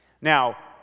Now